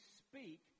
speak